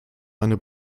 eine